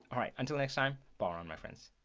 alright until next time borrow and my friends